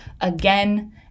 again